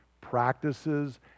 Practices